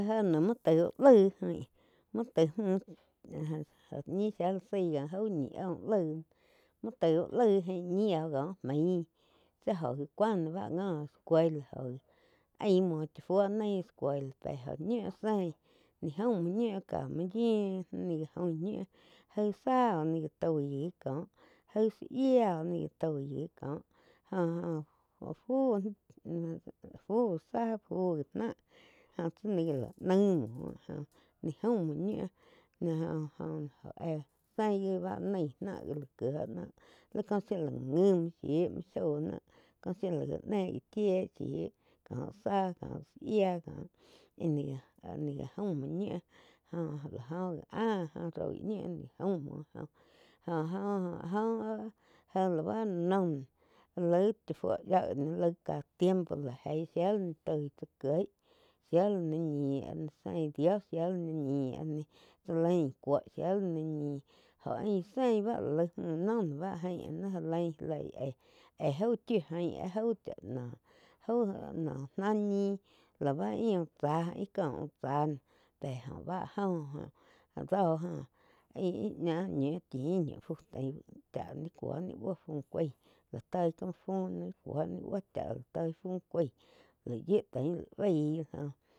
Je no muo taig úh laig ain muo taig mü oh ñi shia la zaih có jauh ñih áh uh laih noh muo tai úh laig ain ñi oh có mai tsi óh gá cuain ná bá ngo escuela jo ain muo chá fuo naih escuela pe jóh ñiu zein ni jaum muo ñiu ká muo yu náh já oin ñiu jai coh záh oh ni gá tói gi kóh aig záh yía oh ni gá toi gi coh jo-jo fu ná fu záh fu gi náh jóh tsi ni gá lah naig muo ni jaum muo ñiu oh-oh éh zein gi bá nai náh gá la quie ná lí có shía la ga ngui muo shiu muo sho ná có shí la ga néh chie có záh cóh zá yía áh ni gá jaum muo ñiu jo la oh gi áh roi ñiu gain có jaum muo joh jo oh áh jo áh-áh jé lá bá áh la noh laig yia cha fuo laig ká tiempo lá jeig shía lá toi chá kieg shia lá ni ñi áh sein dio shía la ñi ah ni chá lain cuo shia li ni ñih jo ain zein báh la laig mü noh lá bá jain ni ja lain já leig íh éh jau chiu jain áh jau chá noh aú náh ñih lá bá ih uh cháh ko úh cháh pé jo bá joh. Joh doh íh ña ñiu chin ñi fu tain chá ni cuo ni buo fu cuaí la toi fu cuo ni buo cháh, cha la toi fu cuaí laig yiu tain laig baí joh.